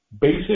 Basic